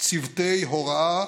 צוותי הוראה